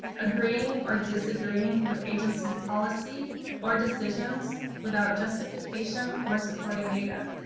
agreeing or disagreeing with agency policy or decisions without justification or supporting data,